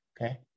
okay